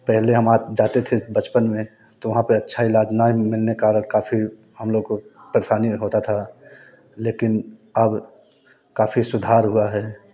पहले हम जाते थे बचपन में तो वहाँ अच्छा इलाज ना मिलने के कारण काफ़ी हम लोग को परेशानी होता था लेकिन अब काफ़ी सुधार हुआ है